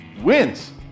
wins